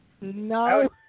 No